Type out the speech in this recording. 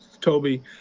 Toby